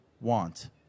want